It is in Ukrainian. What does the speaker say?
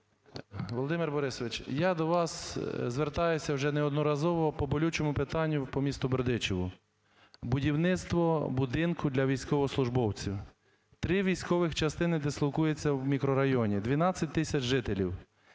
Володимир Борисович, я до вас звертаюся вже неодноразово по болючому питанню, по місту Бердичеву. Будівництво будинку для військовослужбовців. 3 військових частини дислокується в мікрорайоні, 12 тисяч жителів.